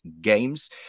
games